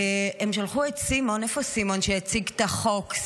הם שלחו את סימון שיציג את החוק.